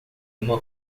uma